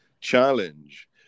challenge